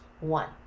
One